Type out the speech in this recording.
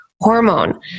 hormone